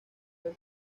del